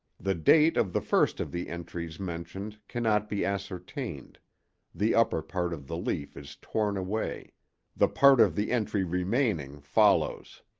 the date of the first of the entries mentioned cannot be ascertained the upper part of the leaf is torn away the part of the entry remaining follows.